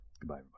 Goodbye